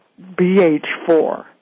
BH4